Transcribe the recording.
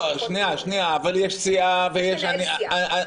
אבל יש סיעה ויש --- מנהל סיעה.